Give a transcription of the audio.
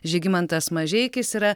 žygimantas mažeikis yra